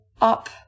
up